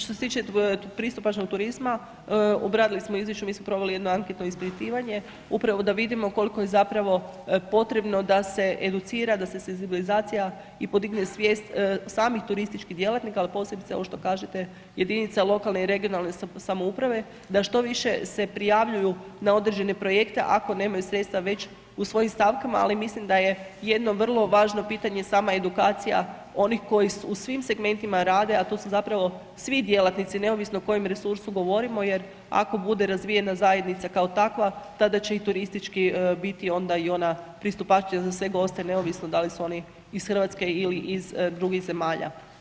Što se tiče pristupačnog turizma obradili smo u izvješću, mi smo proveli jedno anketno ispitivanje upravo da vidimo koliko je zapravo potrebno da se educira, da se senzibilizira i podigne svijest samih turističkih djelatnika ali posebice ono što kažete jedinice lokalne i regionalne samouprave da što više se prijavljuju na određene projekte ako nemaju sredstva već u svojim stavkama, ali mislim da je jedno vrlo važno pitanje, sama edukacija, onih koji u svim segmentima rade, a to su zapravo svi djelatnici, neovisno o kojem resursu govorimo, jer ako bude razvijena zajednica, kao takva, tada će i turistički biti onda i ona pristupačnija za sve goste, neovisno da li su oni iz Hrvatske ili iz drugih zemalja.